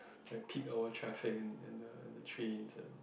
like peak hour traffic in in the in the trains and